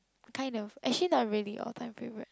a kind of actually not really all time favourite